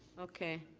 okay,